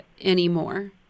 anymore